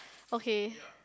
okay